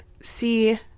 see